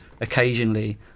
occasionally